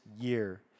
year